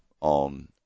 on